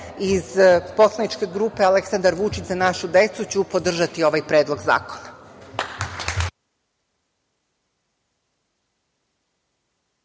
iz poslaničke grupe Aleksandar Vučić – za našu decu, ću podržati ovaj predlog zakona.